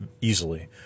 easily